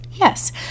Yes